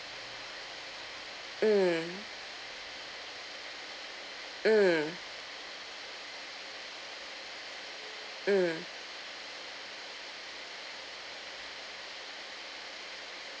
mm mm mm